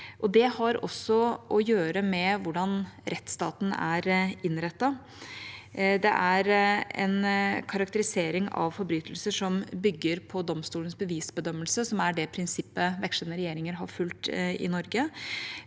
det har også å gjøre med hvordan rettsstaten er innrettet. En karakterisering av forbrytelser som bygger på domstolenes bevisbedømmelse er det prinsippet vekslende regjeringer har fulgt i Norge.